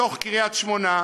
בתוך קריית-שמונה,